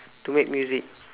to make music